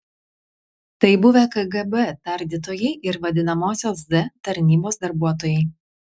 tai buvę kgb tardytojai ir vadinamosios z tarnybos darbuotojai